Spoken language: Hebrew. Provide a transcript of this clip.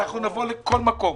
אנחנו נבוא לכל מקום,